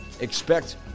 expect